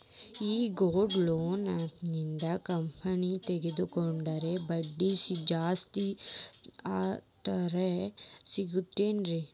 ಈ gold loan finance ಕಂಪನ್ಯಾಗ ತಗೊಂಡ್ರೆ ಬಡ್ಡಿ ಜಾಸ್ತಿ ಅಂತಾರ ಹೌದೇನ್ರಿ?